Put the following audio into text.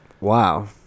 Wow